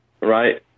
right